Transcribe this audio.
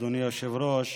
אדוני היושב-ראש,